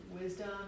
wisdom